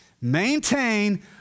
Maintain